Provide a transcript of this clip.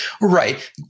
Right